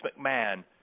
McMahon